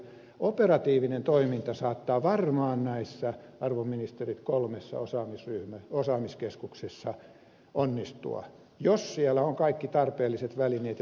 operatiivinen toiminta saattaa varmaan näissä arvon ministerit kolmessa osaamiskeskuksessa onnistua jos siellä on kaikki tarpeelliset välineet ja se on tarpeeksi suuri